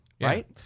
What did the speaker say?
right